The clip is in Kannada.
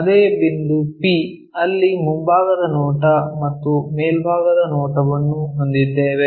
ಅದೇ ಬಿಂದು p ಅಲ್ಲಿ ಮುಂಭಾಗದ ನೋಟ ಮತ್ತು ಮೇಲ್ಭಾಗದ ನೋಟವನ್ನು ಹೊಂದಿದ್ದೇವೆ